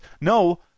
No